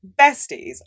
besties